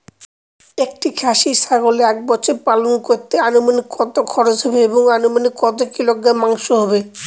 একটি খাসি ছাগল এক বছর পালন করতে অনুমানিক কত খরচ হবে এবং অনুমানিক কত কিলোগ্রাম মাংস হবে?